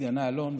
סגנה אלון,